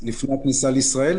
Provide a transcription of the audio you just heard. הכניסה לישראל?